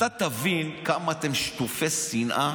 אני מקשיב לך, אתה תבין כמה אתם שטופי שנאה.